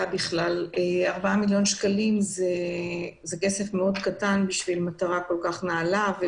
ארבעה מיליון שקלים זה כסף קטן עבור מטרה נעלה.